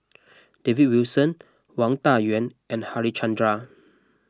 David Wilson Wang Dayuan and Harichandra